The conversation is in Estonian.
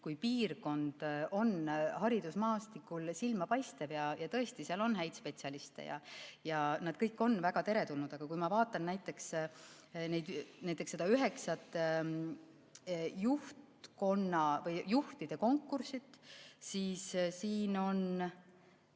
piirkond on haridusmaastikul silmapaistev ja tõesti, seal on häid spetsialiste ja nad kõik on väga teretulnud. Aga kui ma vaatan näiteks seda üheksat juhtide konkurssi, siis siin on